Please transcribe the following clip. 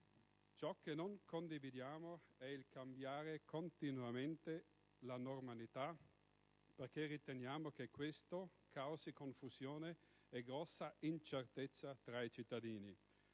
Ciò che non condividiamo è il cambiamento continuo della normativa, perché riteniamo che questo causi confusione e grossa incertezza tra i cittadini.